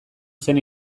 zen